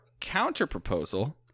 counterproposal